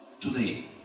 today